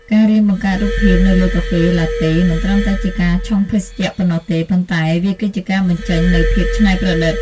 ការរៀនបង្កើតរូបភាពនៅលើកាហ្វេឡាតេមិនត្រឹមតែជាការឆុងភេសជ្ជៈប៉ុណ្ណោះទេ ប៉ុន្តែវាគឺជាការបញ្ចេញនូវភាពច្នៃប្រឌិត។